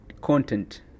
content